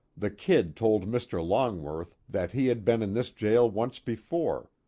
the kid told mr. longworth that he had been in this jail once before,